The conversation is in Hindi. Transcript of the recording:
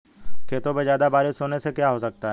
खेतों पे ज्यादा बारिश से क्या हो सकता है?